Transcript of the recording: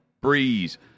Breeze